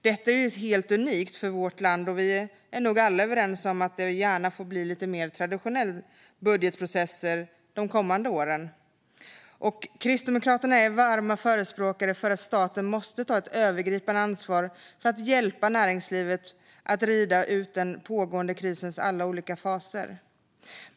Detta är helt unikt för vårt land, och vi är nog alla överens om att det gärna får bli lite mer traditionella budgetprocesser de kommande åren. Kristdemokraterna är varma förespråkare för att staten ska ta ett övergripande ansvar för att hjälpa näringslivet att rida ut den pågående krisens alla olika faser.